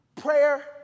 prayer